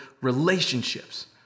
relationships